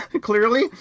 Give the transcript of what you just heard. Clearly